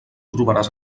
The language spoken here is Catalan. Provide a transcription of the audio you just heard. trobaràs